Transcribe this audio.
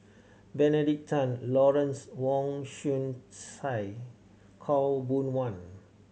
Benedict Tan Lawrence Wong Shyun Tsai Khaw Boon Wan